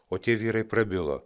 o tie vyrai prabilo